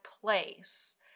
place